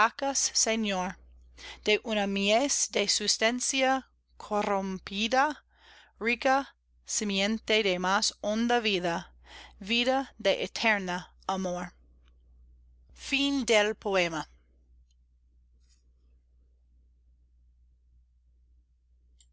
señor de una mies de sustancia corrompida rica simiente de más honda vida vida de eterno amor